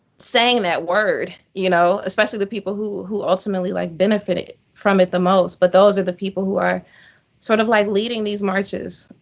saying that word you know? especially the people who who ultimately like benefit from it the most. but those are the people who are sort of like leading these marches.